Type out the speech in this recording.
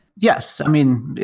yes. i mean,